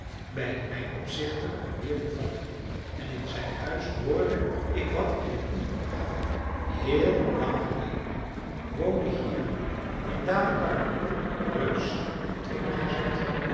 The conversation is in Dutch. bij een mijnopzichter hier in falun en in zijn huis hoorde ik wat ik je nu ga vertellen heel lang geleden woonde hier in dalecarlië een reus die twee dochters had